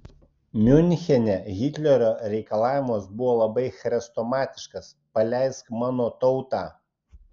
miunchene hitlerio reikalavimas buvo labai chrestomatiškas paleisk mano tautą